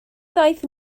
ddaeth